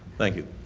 thank you.